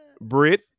Brit